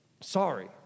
sorry